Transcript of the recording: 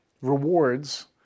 rewards